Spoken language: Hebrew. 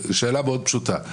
שאלה מאוד פשוטה.